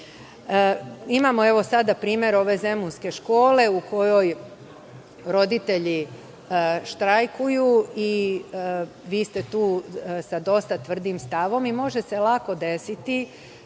itd. Imamo sada primer ove zemunske škole u kojoj roditelji štrajkuju i vi ste tu sa dosta tvrdim stavom i može se lako desiti